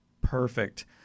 Perfect